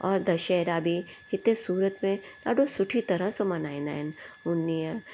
और दशहरा बि हिते सूरत में ॾाढो सुठी तरह सों मल्हाईंदा आहिनि उन ॾींहुं